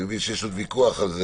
אני מבין שיש עוד ויכוח על זה,